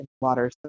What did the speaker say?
Water